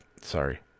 sorry